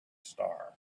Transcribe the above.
star